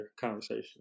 conversation